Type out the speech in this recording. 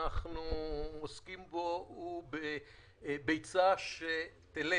שאנחנו עוסקים בו כעת הוא ביצה שתלד,